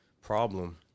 problem